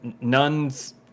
nuns